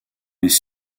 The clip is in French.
les